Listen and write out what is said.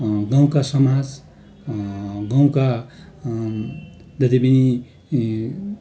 गाउँका समाज गाउँका जति पनि